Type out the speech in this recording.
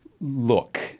Look